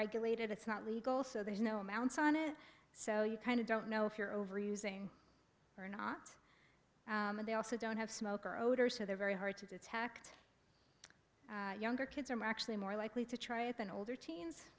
regulated it's not legal so there's no amounts on it so you kind of don't know if you're overusing or not and they also don't have smoke or odor so they're very hard to detect younger kids are actually more likely to try it than older te